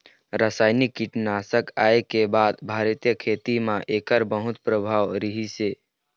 रासायनिक कीटनाशक आए के बाद भारतीय खेती म एकर बहुत प्रभाव रहीसे